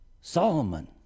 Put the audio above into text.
Solomon